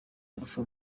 alpha